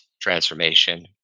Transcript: transformation